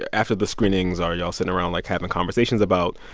after the screenings, are y'all sitting around, like, having conversations about,